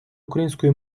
української